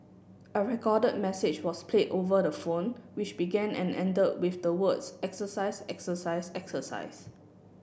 a recorded message was played over the phone which began and ended with the words exercise exercise exercise